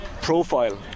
profile